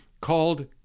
called